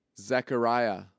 Zechariah